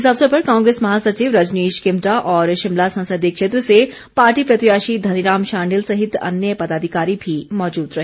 इस अवसर पर कांग्रेस महासचिव रजनीश किमटा और शिमला संसदीय क्षेत्र से पार्टी प्रत्याशी धनीराम शांडिल सहित अन्य पदाधिकारी भी मौजूद रहे